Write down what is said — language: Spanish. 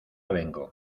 vengo